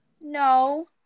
No